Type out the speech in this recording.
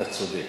אתה צודק,